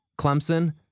Clemson